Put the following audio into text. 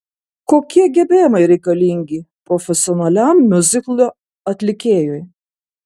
kokie gebėjimai reikalingi profesionaliam miuziklo atlikėjui